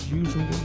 usual